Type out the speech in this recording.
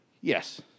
Yes